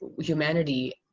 humanity